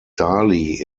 daly